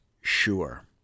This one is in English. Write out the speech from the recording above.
sure